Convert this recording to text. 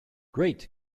great